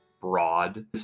broad